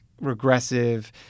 regressive